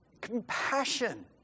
compassion